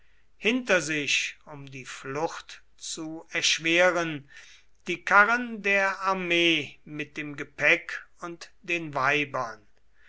hinter sich um die flucht zu erschweren die karren der armee mit dem gepäck und den weibern